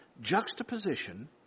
juxtaposition